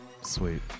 Sweet